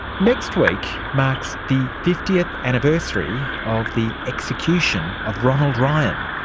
next week marks the fiftieth anniversary of the execution of ronald ryan,